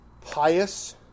pious